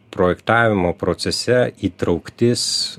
projektavimo procese įtrauktis